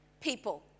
people